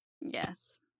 Yes